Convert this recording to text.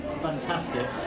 fantastic